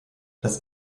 das